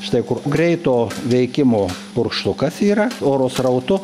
štai kur greito veikimo purkštukas yra oro srautu